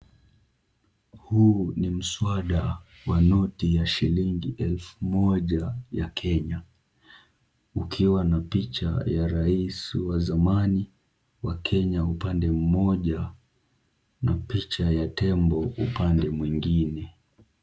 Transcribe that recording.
Huu ni mswada wa noti ya shilingi elfu moja ya kenya, ukiwa na picha ya raisi wa zamani wa Kenya upande mmoja na picha ya tembo upande mwingine.